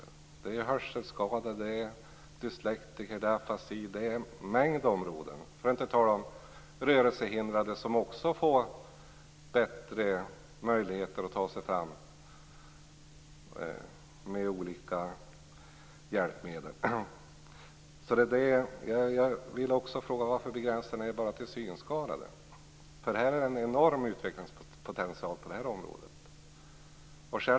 Det gäller bl.a. hörselskadade, dyslektiker, människor med afasi och rörelsehindrade, som också får bättre möjligheter att ta sig fram med olika hjälpmedel. Jag vill därför fråga varför ni begränsar er bara till synskadade. Det finns en enorm utvecklingspotential på det här området.